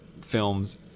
films